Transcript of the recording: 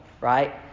right